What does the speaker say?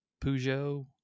Peugeot